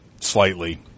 Slightly